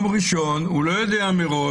ביום ראשון הוא לא יודע מראש,